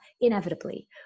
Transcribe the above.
inevitably